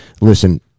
listen